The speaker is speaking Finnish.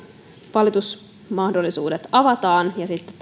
valitusmahdollisuudet avataan ja sitten